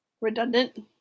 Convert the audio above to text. Redundant